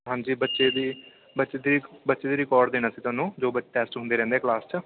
ਹਾਂਜੀ ਬੱਚੇ ਦੀ ਬੱਚੇ ਦੀ ਬੱਚੇ ਦਾ ਰਿਕਾਰਡ ਦੇਣਾ ਸੀ ਤੁਹਾਨੂੰ ਜੋ ਟੈਸਟ ਹੁੰਦੇ ਰਹਿੰਦੇ ਕਲਾਸ 'ਚ